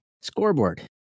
scoreboard